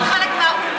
אתם חלק מהקוּמה,